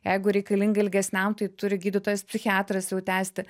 jeigu reikalinga ilgesniam tai turi gydytojas psichiatras jau tęsti